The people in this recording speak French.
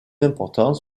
importants